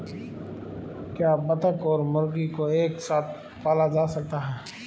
क्या बत्तख और मुर्गी को एक साथ पाला जा सकता है?